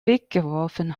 weggeworfen